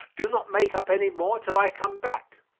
do not make up any more till i come back.